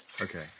okay